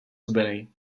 hubenej